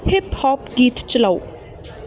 hip hop ਗੀਤ ਚਲਾਓ